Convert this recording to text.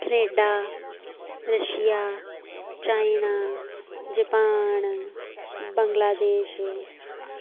Canada Russia China Japan Bangladesh